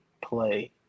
play